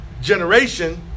generation